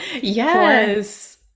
Yes